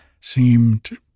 seemed